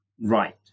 right